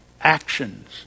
actions